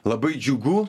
labai džiugu